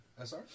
SR